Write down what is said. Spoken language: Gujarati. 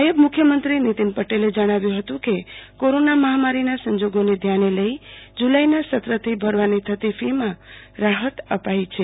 નાયબ મુખ્યમંત્રી નીતિન પટેલે જણાવ્યું હતું કે કોરોના મહામારીના સંજોગોને ધ્યાને લઇ જુલાઈના સત્રથી ભરવાની થતી ફીમાં રાહત અપાઈ છે